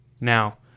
Now